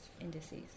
indices